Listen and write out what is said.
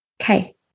Okay